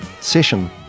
session